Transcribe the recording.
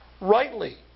rightly